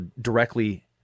directly